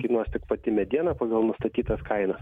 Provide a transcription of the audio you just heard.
kainuos tik pati mediena pagal nustatytas kainas